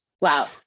Wow